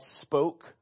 spoke